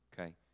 okay